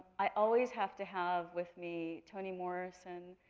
i always have to have with me toni morrison.